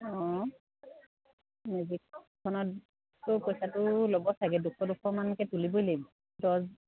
অঁ মেজিকখনতো পইচাটো ল'ব চাগে দুশ দুশ মানকৈ তুলিবই লাগিব দহ